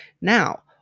Now